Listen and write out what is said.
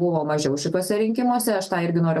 buvo mažiau šituose rinkimuose aš tą irgi noriu